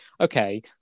okay